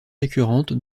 récurrentes